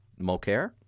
Mulcair